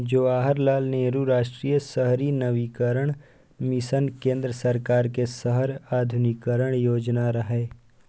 जवाहरलाल नेहरू राष्ट्रीय शहरी नवीकरण मिशन केंद्र सरकार के शहर आधुनिकीकरण योजना रहै